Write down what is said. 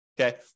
okay